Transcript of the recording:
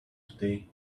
today